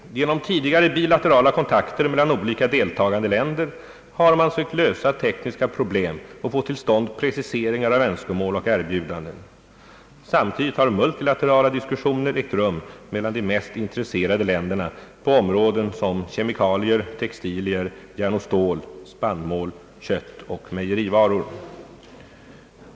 Genom tidigare bilaterala kontakter mellan olika deltagande länder har man sökt lösa tekniska problem och få till stånd preciseringar av önskemål och erbjudanden. Samtidigt har multilaterala diskussioner ägt rum mellan de mest intresserade länderna på områden som kemikalier, textilier, järn och stål, spannmål, kött och mejerivaror.